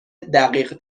دقیق